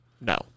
No